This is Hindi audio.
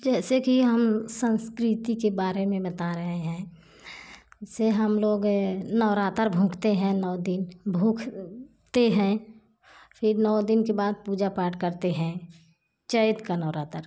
जैसे कि हम संस्कृति के बारे में बता रहे हैं ऐसे हम लोग नवरात्र भुखते हैं नौ दिन भूखते है फिर नौ दिन के बाद पूजा पाठ करते हैं चैत का नवरात्र